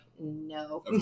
No